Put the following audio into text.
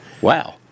Wow